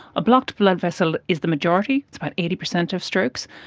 a blocked blood vessel is the majority, about eighty percent of strokes,